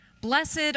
Blessed